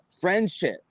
friendship